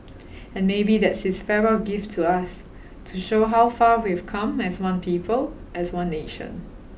and maybe that's his farewell gift to us to show how far we've come as one people as one nation